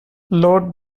lord